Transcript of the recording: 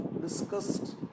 discussed